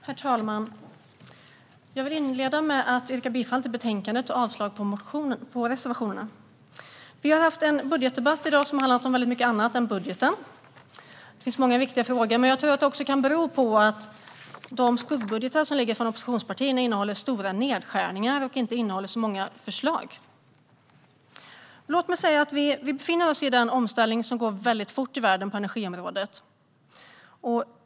Herr talman! Jag vill inleda med att yrka bifall till förslaget till beslut och avslag på reservationerna. Vi har haft en budgetdebatt i dag som har handlat om väldigt mycket annat än budgeten. Det finns många viktiga frågor, men jag tror att det också kan bero på att oppositionspartiernas skuggbudgetar innehåller stora nedskärningar och inte så många förslag. Vi befinner oss i en omställning på energiområdet som går väldigt fort i världen.